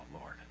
Lord